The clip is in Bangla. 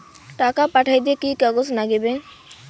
টাকা পাঠাইতে কি কাগজ নাগীবে?